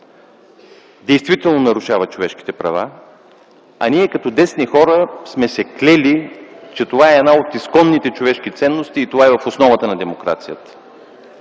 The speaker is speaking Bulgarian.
действително нарушава човешките права, а ние като десни хора сме се клели, че това е една от изконните човешки ценности и е в основата на демокрацията.